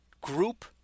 group